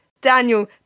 Daniel